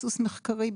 ביסוס מחקרי,